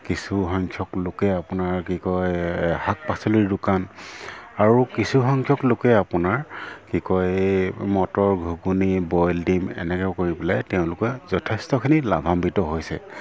কিছু সংখ্যক লোকে আপোনাৰ কি কয় শাক পাচলিৰ দোকান আৰু কিছু সংখ্যক লোকে আপোনাৰ কি কয় মটৰ ঘুগুনি বইল ডিম এনেকৈ কৰি পেলাই তেওঁলোকে যথেষ্টখিনি লাভান্বিত হৈছে